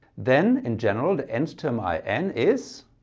then, in general, the nth term i n is,